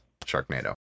Sharknado